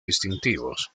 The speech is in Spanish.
distintivos